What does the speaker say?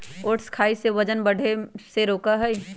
oats खाई से वजन के बढ़े से रोका हई